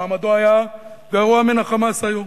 מעמדו היה גרוע ממעמד ה"חמאס" היום.